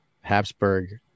habsburg